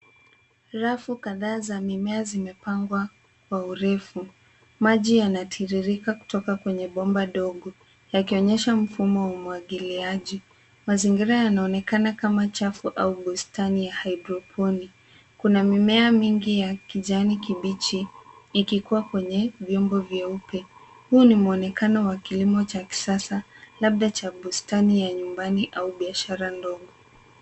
Rafu kadhaa za mimea zimepangwa kwa urefu. Maji yanatiririka kutoka kwenye bomba dogo yakionyesha mfumo wa umwagiliaji. Mazingira yanaonekana kama chafu au bustani ya hydroponic . Kuna mimea mingi ya kijani kibichi ikikua kwenye vyombo vyeupe. Huu ni mwonekano wa kilimo cha kisasa labda cha bustani ya nyumbani au biashara ndogo.